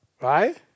Right